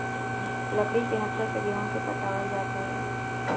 लकड़ी के हत्था से गेंहू के पटावल जात हवे